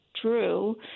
true